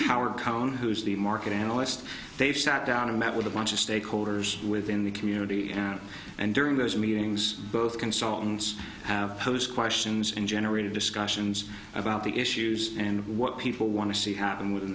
cone who's the market analyst they've sat down and met with a bunch of stakeholders within the community and during those meetings both consultants have posed questions and generated discussions about the issues and what people want to see happen within